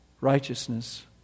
Righteousness